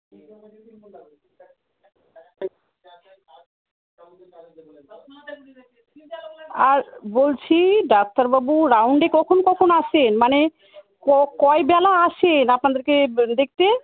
আর বলছি ডাক্তারবাবু রাউন্ডে কখন কখন আসেন মানে ক কয় বেলা আসেন আপনাদেরকে দেখতে